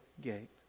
gate